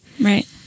right